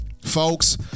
folks